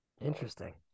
Interesting